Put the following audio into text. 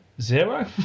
Zero